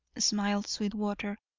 smiled sweetwater,